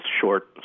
short